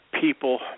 people